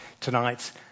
tonight